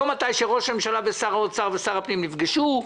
לא כאשר ראש הממשלה ושר האוצר ושר הפנים נפגשו,